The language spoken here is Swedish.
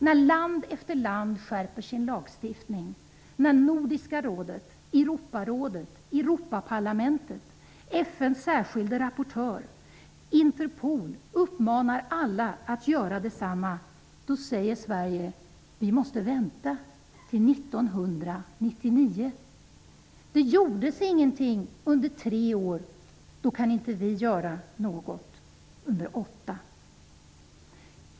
När land efter land skärper sin lagstiftning, när FN:s särskilda rapportör och Interpol uppmanar alla att göra detsamma, då säger Sverige: Vi måste vänta till 1999. Det gjordes ingenting under tre år, då kan inte vi göra något under åtta år.